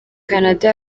canada